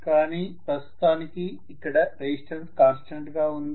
కానీ ప్రస్తుతానికి ఇక్కడ రెసిస్టెన్స్ కాన్స్టెంట్ గా ఉంది